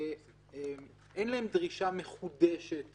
אין להם דרישה מחודשת